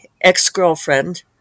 ex-girlfriend